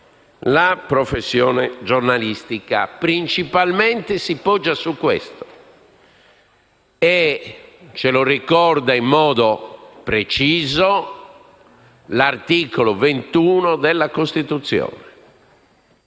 la professione giornalistica. Principalmente si poggia su questo. Ce lo ricorda in modo preciso l'articolo 21 della Costituzione.